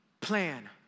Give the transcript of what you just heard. plan